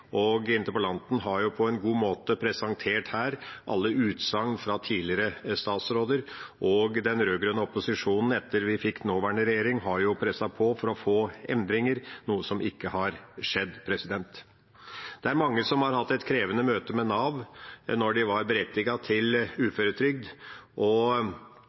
og interpellanten har her på en god måte presentert alle utsagn fra tidligere statsråder. Den rød-grønne opposisjonen har jo, etter at vi fikk den nåværende regjering, presset på for å få endringer, noe som ikke har skjedd. Det er mange som har hatt et krevende møte med Nav når de har vært berettiget til